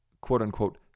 quote-unquote